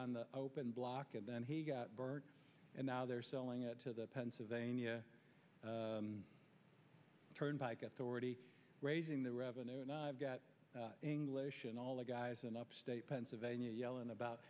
on the open block and then he got burned and now they're selling it to the pennsylvania turnpike authority raising the revenue and i've got english and all the guys in upstate pennsylvania yellin